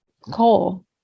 coal